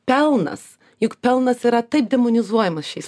pelnas juk pelnas yra taip demonizuojamas šiais